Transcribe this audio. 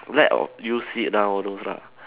let you sit down all those lah